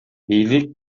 бийлик